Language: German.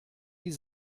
die